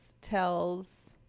tells